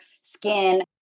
skin